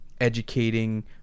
educating